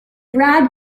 brad